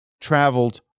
traveled